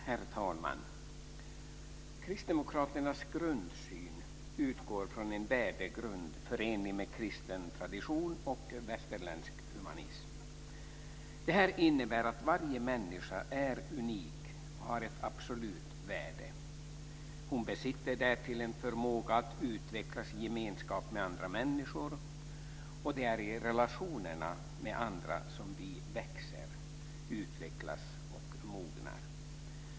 Herr talman! Kristdemokraternas grundsyn utgår från en värdegrund förenlig med kristen tradition och västerländsk humanism, vilket innebär att varje människa är unik och har ett absolut värde. Hon besitter därtill en förmåga att utvecklas i gemenskap med andra människor, och det är i relationerna med andra som vi växer, utvecklas och mognar.